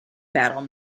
battle